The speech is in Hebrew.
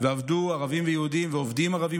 ועבדו ערבים ויהודים ועובדים ערבים